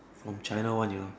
from China one you know